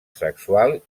sexual